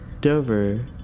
Dover